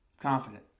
Confident